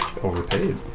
Overpaid